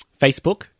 Facebook